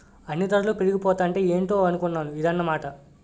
అన్నీ దరలు పెరిగిపోతాంటే ఏటో అనుకున్నాను ఇదన్నమాట